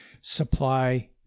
supply